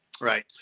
Right